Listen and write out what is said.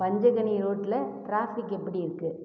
பஞ்சகனி ரோட்டில் டிராஃபிக் எப்படி இருக்கு